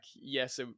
yes